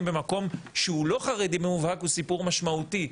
במקום שהוא לא חרדי מובהק הוא סיפור משמעותי.